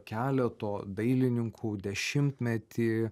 keleto dailininkų dešimtmetį